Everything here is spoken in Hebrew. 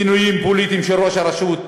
מינויים פוליטיים של ראש הרשות,